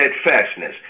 steadfastness